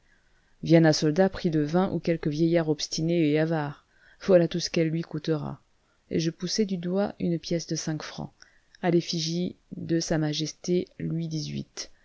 vienne un soldat pris de vin ou quelque vieillard obstiné et avare voilà tout ce qu'elle lui coûtera et je poussai du doigt une pièce de cinq francs à l'effigie de s m louis